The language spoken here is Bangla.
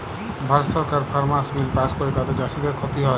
ভারত সরকার ফার্মার্স বিল পাস্ ক্যরে তাতে চাষীদের খ্তি হ্যয়